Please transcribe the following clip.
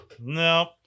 No